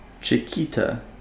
Chiquita